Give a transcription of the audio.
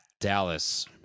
Dallas